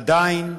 עדיין,